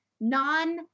non